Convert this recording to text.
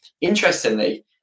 interestingly